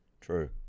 True